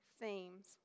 themes